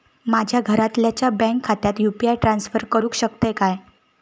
माझ्या घरातल्याच्या बँक खात्यात यू.पी.आय ट्रान्स्फर करुक शकतय काय?